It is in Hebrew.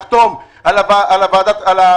לחתום על הפרוטוקול,